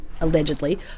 allegedly